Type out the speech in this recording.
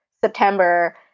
September